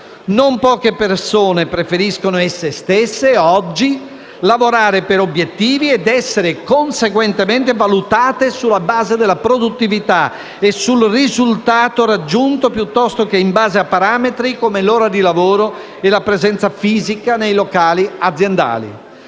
Non poche persone preferiscono esse stesse, oggi, lavorare per obiettivi ed essere conseguentemente valutate sulla base della produttività e sul risultato raggiunto piuttosto che in base a parametri come l'orario di lavoro e la presenza fisica nei locali aziendali.